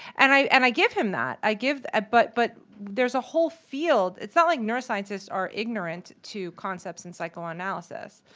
and i and i give him that, i give ah but but there's a whole field. it's not like neuroscientists are ignorant to concepts in psychoanalysis.